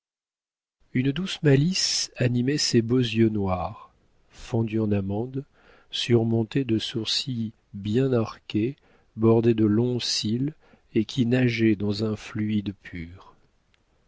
une douce malice animait ses beaux yeux noirs fendus en amande surmontés de sourcils bien arqués bordés de longs cils et qui nageaient dans un fluide pur